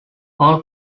all